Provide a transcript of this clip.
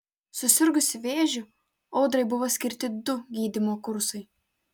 susirgusi vėžiu audrai buvo skirti du gydymo kursai